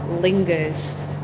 lingers